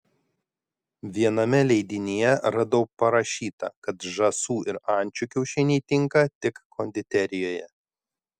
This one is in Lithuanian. viename leidinyje radau parašyta kad žąsų ir ančių kiaušiniai tinka tik konditerijoje